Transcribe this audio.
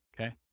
Okay